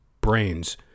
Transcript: Brains